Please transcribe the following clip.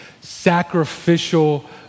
sacrificial